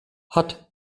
hat